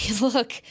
look